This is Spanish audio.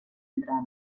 entrada